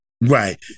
right